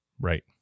Right